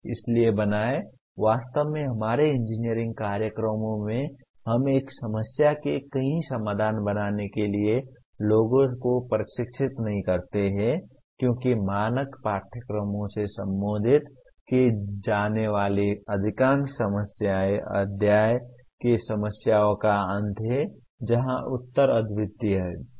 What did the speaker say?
इसलिए बनाएँ वास्तव में हमारे इंजीनियरिंग कार्यक्रमों में हम एक समस्या के कई समाधान बनाने के लिए लोगों को प्रशिक्षित नहीं करते हैं क्योंकि मानक पाठ्यक्रमों में संबोधित की जाने वाली अधिकांश समस्याएं अध्याय की समस्याओं का अंत हैं जहां उत्तर अद्वितीय हैं